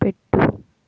పెట్టు